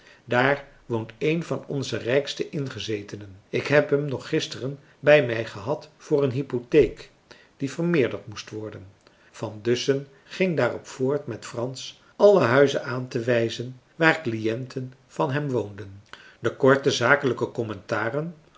daar woont een van onze rijkste ingezetenen ik heb hem nog gisteren bij mij gehad voor een hypotheek die vermeerderd moest worden van dussen ging daarop voort met frans alle huizen aantewijzen waar cliënten van hem woonden de korte zakelijke commentaren